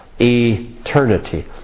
Eternity